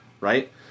Right